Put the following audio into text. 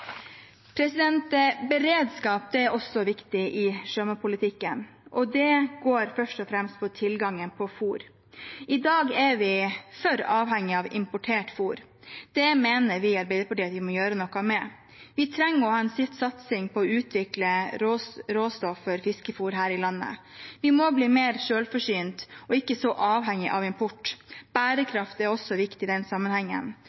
Beredskap er også viktig i sjømatpolitikken, og det går først og fremst på tilgangen på fôr. I dag er vi for avhengig av importert fôr. Det mener vi i Arbeiderpartiet at vi må gjøre noe med. Vi trenger å ha en satsing på å utvikle råstoff for fiskefôr her i landet. Vi må bli mer selvforsynt og ikke så avhengig av import. Bærekraft er også viktig i den sammenhengen.